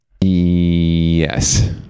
Yes